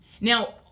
Now